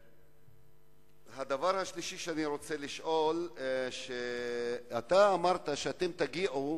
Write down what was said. דבר שלישי שאני רוצה לשאול, אמרת שאתם תגיעו